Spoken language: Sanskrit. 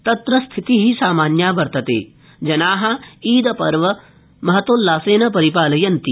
तत्र स्थितिः सामान्या वर्तते जनाः ईद उल पर्व महतोल्लासेन परिपालयन्ति